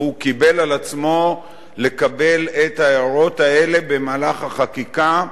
והוא קיבל על עצמו לקבל את ההערות האלה במהלך החקיקה,